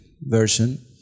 version